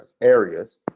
areas